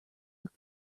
look